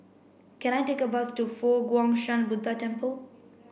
can I take a bus to Fo Guang Shan Buddha Temple